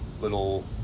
little